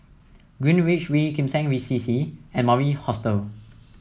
Greenwich V Kim Seng C C and Mori Hostel